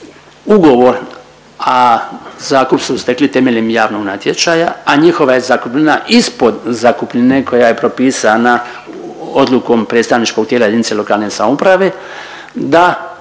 ugovor, a zakup su stekli temeljem javnog natječaja, a njihova je zakupnina ispod zakupnine koja je propisana odlukom predstavničkog tijela JLS da se mogu